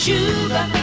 Sugar